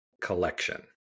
Collection